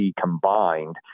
combined